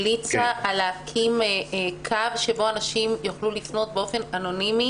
המליצה להקים קו שבו אנשים יוכלו לפנות באופן אנונימי